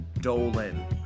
Dolan